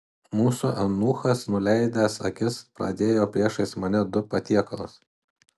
mūsų eunuchas nuleidęs akis padėjo priešais mane du patiekalus